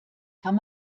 kann